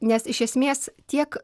nes iš esmės tiek